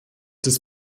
des